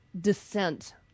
dissent